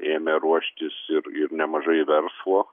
ėmė ruoštis ir ir nemažai verslo